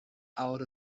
out